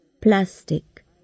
Plastic